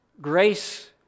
Grace